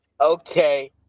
Okay